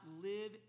live